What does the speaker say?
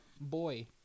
boy